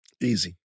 easy